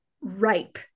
ripe